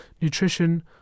Nutrition